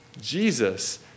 Jesus